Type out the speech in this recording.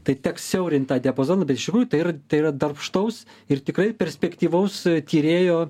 tai teks siaurint tą diapazoną bet iš tikrųjų tai yra tai yra darbštaus ir tikrai perspektyvaus tyrėjo